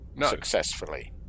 successfully